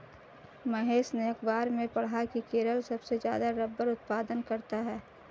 महेश ने अखबार में पढ़ा की केरल सबसे ज्यादा रबड़ उत्पादन करता है